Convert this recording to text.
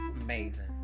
amazing